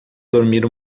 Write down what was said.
dormir